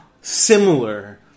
similar